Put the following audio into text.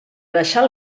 deixar